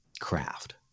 craft